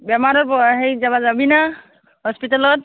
বেমাৰত হেৰিত যাবা যাবি না হস্পিটেলত